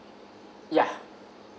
ya